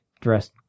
dressed